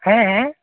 ᱦᱮᱸ ᱦᱮᱸ